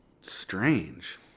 Strange